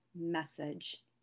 message